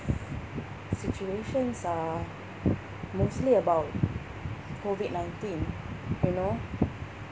situations are mostly about COVID nineteen you know